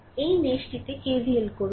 এই মেশ টিতে KVL করুন